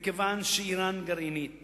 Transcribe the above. מכיוון שאירן גרעינית